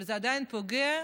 זה עדיין פוגע,